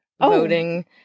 voting